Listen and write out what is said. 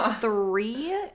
Three